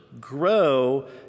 grow